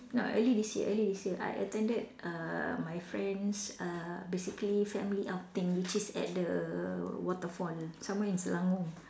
no early this year early this year I attended err my friend's err basically family outing which is at the waterfall somewhere in Selangor